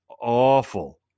awful